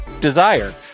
Desire